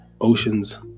oceans